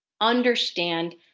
understand